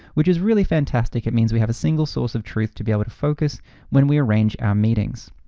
which is really fantastic. it means we have a single source of truth to be able to focus when we arrange our meetings.